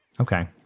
Okay